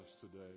today